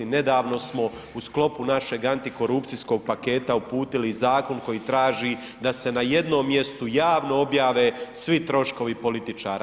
Nedavno smo u sklopu našeg antikorupcijskog paketa uputili zakon koji traži da se na jednom mjestu javno objave svi troškovi političara.